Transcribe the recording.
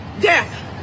Death